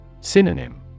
Synonym